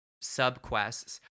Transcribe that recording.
sub-quests